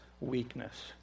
weakness